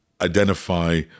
identify